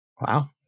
Wow